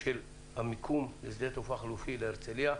של המיקום לשדה תעופה חלופי להרצליה.